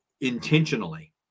intentionally